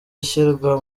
ishyirwa